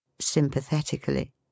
sympathetically